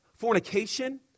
fornication